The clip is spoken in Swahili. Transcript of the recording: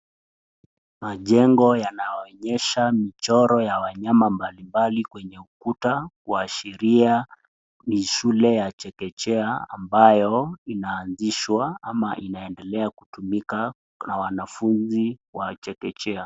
Majengo yanaonyesha michoro ya wanyama mbalimbali kwenye ukuta kuashiria ni shule ya chekechea ambayo inaanzishwa ama inaendelea kutumika na wanafunzi wa chekechea.